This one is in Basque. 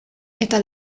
eta